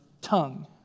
tongue